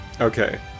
Okay